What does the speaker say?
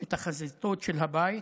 את החזיתות של הבית.